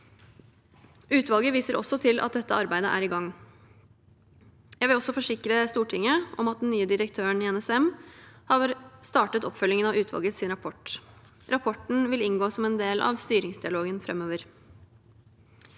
Utvalget viser også til at dette arbeidet er i gang. Jeg vil også forsikre Stortinget om at den nye direktøren i NSM har startet oppfølgingen av utvalgets rapport. Rapporten vil inngå som en del av styringsdialogen framover.